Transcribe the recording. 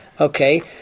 Okay